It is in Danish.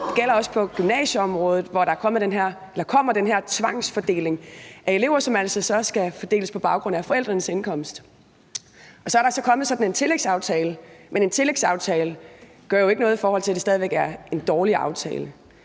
det gælder også på gymnasieområdet, hvor der kommer den her tvangsfordeling af elever, som altså så skal ske på baggrund af forældrenes indkomst. Og så er der altså kommet sådan en tillægsaftale, men en tillægsaftale gør jo ikke noget, da det stadig væk er en dårlig aftale.